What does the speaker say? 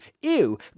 ew